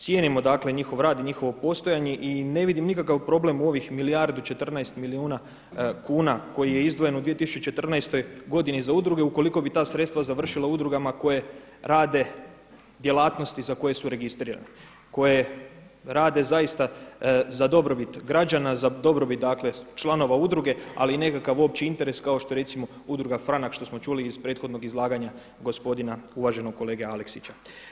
Cijenimo njihov rad i njihovo postojanje i ne vidim nikakav problem u ovih milijardu i 14 milijuna kuna koji je izdvojen u 2014. godini za udruge ukoliko bi ta sredstva završila u udrugama koje rade djelatnosti za koje su registrirane koje rade zaista za dobrobit građana, za dobrobit članova udruge ali i nekakav opći interes kao što je recimo Udruga Franak što smo čuli iz prethodnog izlaganja gospodina uvaženog kolege Aleksića.